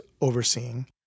overseeing